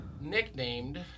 nicknamed